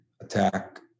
attack